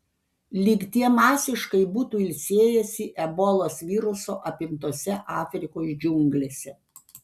lyg tie masiškai būtų ilsėjęsi ebolos viruso apimtose afrikos džiunglėse